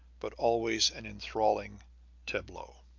but always an enthralling tableau.